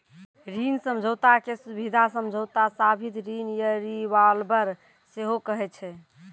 ऋण समझौता के सुबिधा समझौता, सावधि ऋण या रिवॉल्बर सेहो कहै छै